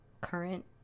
current